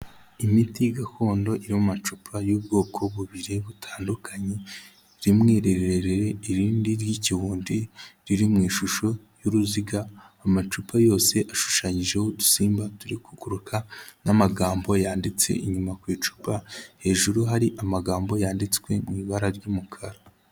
Imiti gakondo iri mu macupa y'ubwoko bubiri butandukanye, rimwe rirerire irindi ry'ikibundi riri mu ishusho y'uruziga, amacupa yose ashushanyijeho udusimba turi kuguruka n'amagambo yanditse inyuma ku icupa, hejuru hari amagambo yanditswe mu ibara ry'umukara.